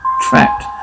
trapped